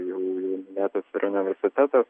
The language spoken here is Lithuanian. jau minėtas ir universitetas